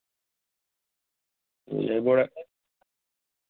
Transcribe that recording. જય ભોળા